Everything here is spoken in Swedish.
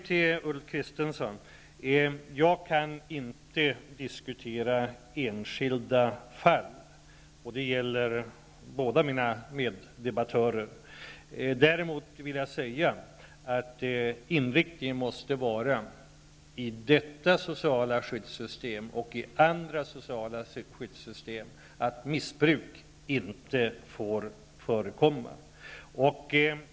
Till båda mina meddebattörer vill jag säga att jag inte kan diskutera enskilda fall. Däremot vill jag säga att inriktningen i detta sociala skyddssystem, liksom i andra, måste vara att missbruk inte får förekomma.